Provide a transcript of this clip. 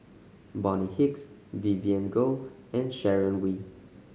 Bonny Hicks Vivien Goh and Sharon Wee